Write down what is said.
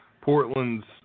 Portland's